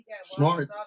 Smart